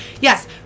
yes